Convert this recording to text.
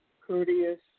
courteous